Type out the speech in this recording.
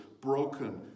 broken